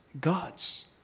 God's